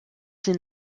sie